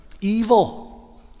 Evil